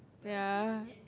ya